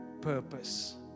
purpose